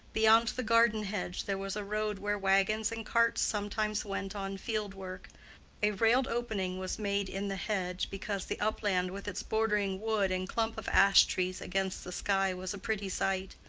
beyond the garden hedge there was a road where wagons and carts sometimes went on field-work a railed opening was made in the hedge, because the upland with its bordering wood and clump of ash-trees against the sky was a pretty sight.